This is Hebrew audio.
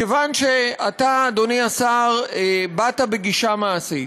כיוון שאתה, אדוני השר, באת בגישה מעשית,